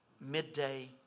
midday